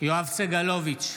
יואב סגלוביץ'